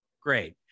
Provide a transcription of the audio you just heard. Great